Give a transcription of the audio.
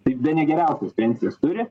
tai bene geriausias pensijas turi